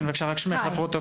כן, בבקשה, רק שמך לפרוטוקול.